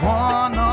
one